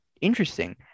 interesting